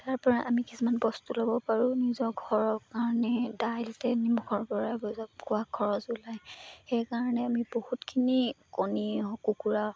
তাৰপৰা আমি কিছুমান বস্তু ল'ব পাৰোঁ নিজৰ ঘৰৰ কাৰণে দাইল তেল নিমখৰপৰা বজাৰ কৰা খৰচ ওলায় সেইকাৰণে আমি বহুতখিনি কণী হওক কুকুৰা